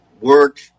work